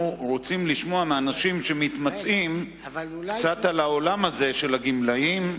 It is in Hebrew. אנחנו רוצים לשמוע מאנשים שמתמצאים קצת על העולם הזה של הגמלאים,